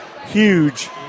huge